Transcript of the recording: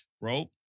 Bro